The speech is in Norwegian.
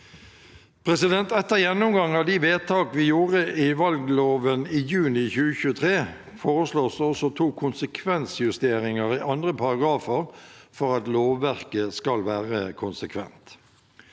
2024 Etter gjennomgang av de vedtak vi gjorde i valgloven i juni 2023, foreslås det også to konsekvensjusteringer i andre paragrafer for at lovverket skal være konsekvent.